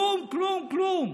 כלום, כלום, כלום.